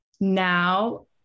now